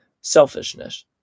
selfishness